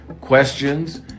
questions